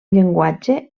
llenguatge